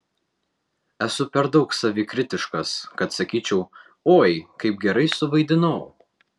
esu per daug savikritiškas kad sakyčiau oi kaip gerai suvaidinau